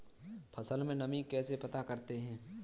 फसल में नमी कैसे पता करते हैं?